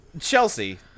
chelsea